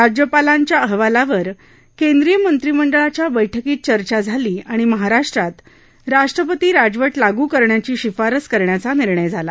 राज्यपालांच्या अहवालावर केंद्रीय मंत्रिमंडळाच्या बैठकीत चर्चा झाली आणि महाराष्ट्रात राष्ट्रपती राजवट लागू करण्याची शिफारस करण्याचा निर्णय झाला